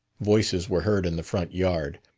voices were heard in the front yard.